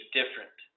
different